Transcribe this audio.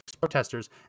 protesters